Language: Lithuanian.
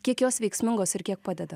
kiek jos veiksmingos ir kiek padeda